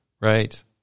Right